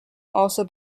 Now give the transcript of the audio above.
also